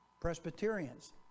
Presbyterians